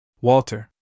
Walter